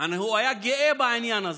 והוא היה גאה בעניין הזה.